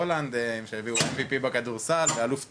הולנד שהביאו MVP בכדורסל ואלוף טניס,